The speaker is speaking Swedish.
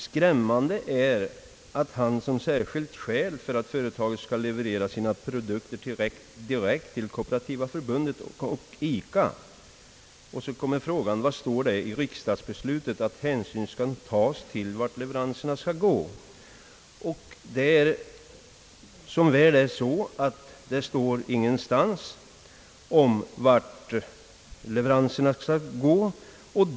Skrämmande är att han som särskilt skäl anför att företaget skall leverera sina produkter direkt till Kooperativa förbundet och Som väl är står det ingenstans om vart leveranserna skall gå!